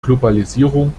globalisierung